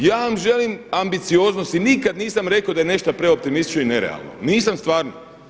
I ja vam želim ambicioznost i nikad nisam rekao da je nešto preoptimistično i nerealno, nisam stvarno.